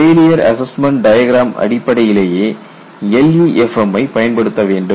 failure assessment diagram அடிப்படையிலேயே LEFM மை பயன்படுத்த வேண்டும்